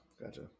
gotcha